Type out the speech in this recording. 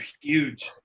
Huge